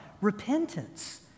repentance